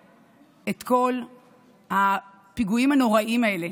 את כל הפיגועים הנוראיים האלה